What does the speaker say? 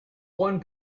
one